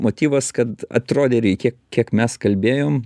motyvas kad atrodė reikia kiek mes kalbėjom